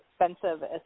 expensive